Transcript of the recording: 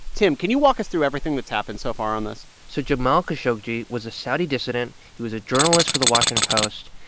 tim, can you walk us through everything that's happened so far on this? so jamal khashoggi was a saudi dissident. he was a journalist for the washington post.